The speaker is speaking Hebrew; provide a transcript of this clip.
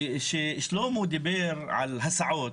שלמה דיבר על הסעות.